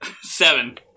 Seven